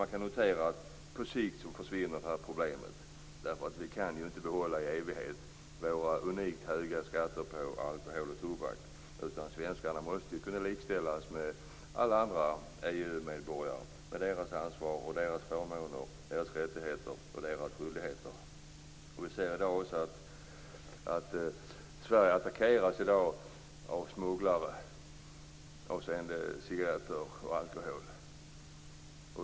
Man kan notera att detta problem på sikt kommer att försvinna, eftersom vi inte i evighet kan behålla våra unikt höga skatter på alkohol och tobak. Svenskarna måste ju kunna likställas med alla andra EU medborgare med deras ansvar, förmåner, rättigheter och skyldigheter. Vi kan också se att Sverige i dag attackeras av smugglare som smugglar cigarretter och alkohol.